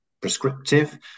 prescriptive